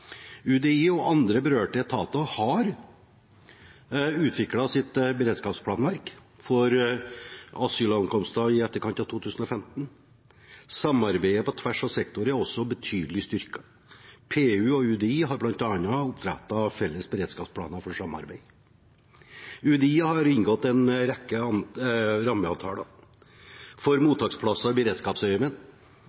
UDI og andre berørte etater har utviklet sitt beredskapsplanverk for asylankomster i etterkant av 2015. Samarbeidet på tvers av sektorer er også betydelig styrket. PU og UDI har bl.a. opprettet felles beredskapsplaner for samarbeid. UDI har inngått en rekke rammeavtaler for